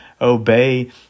obey